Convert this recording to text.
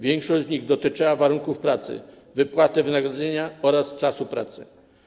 Większość z nich dotyczyła warunków pracy, wypłaty wynagrodzenia oraz czasu pracy.